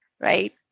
right